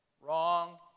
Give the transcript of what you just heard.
wrong